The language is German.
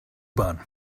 bahn